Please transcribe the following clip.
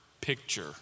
picture